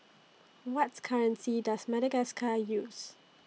What's currency Does Madagascar use